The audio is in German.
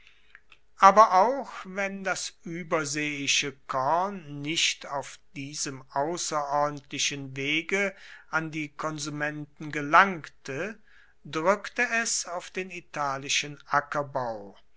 aber auch wenn das ueberseeische korn nicht auf diesem ausserordentlichen wege an die konsumenten gelangte drueckte es auf den italischen ackerbau